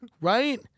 Right